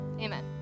Amen